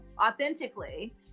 authentically